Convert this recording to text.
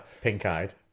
Pink-eyed